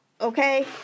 okay